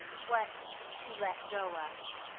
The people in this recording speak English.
what to let go of,